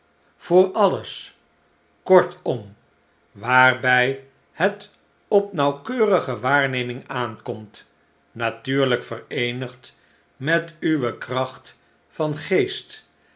voor alles kortom waarbij het op nauwkeurige waarnemihg aankomt natuurlijk vereenigd met uwe kracht van geest